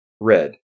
Red